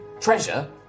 Treasure